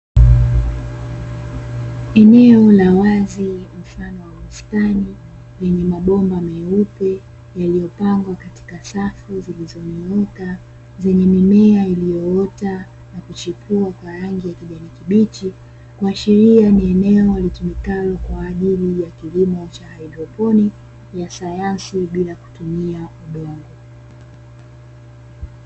Eneo la wazi mfano wa bustani lenye mabomba meupe yaliyopangwa katika safu zilizonyooka zenye mimea, iliyoota na kuchipua kwa rangi kibichi, kuashiria kuwa ni eneo litumikalo kwajili ya kilimo cha hydroponi cha sayansi bila kutumia udongo.